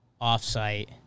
off-site